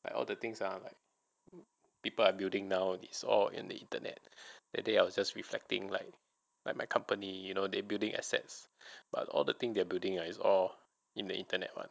like other things are like people are building nowadays or in the internet that day I will just reflecting like like my company you know they building assets but all the thing they're building is all in the internet [one]